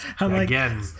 Again